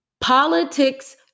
Politics